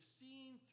seen